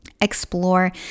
explore